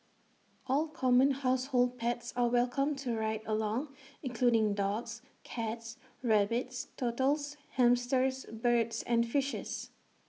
all common household pets are welcome to ride along including dogs cats rabbits turtles hamsters birds and fishes